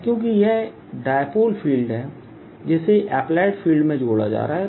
क्योंकि यह dipole field है जिसे अप्लाइड फील्ड में जोड़ा जा रहा है